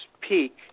peak